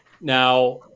now